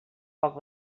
poc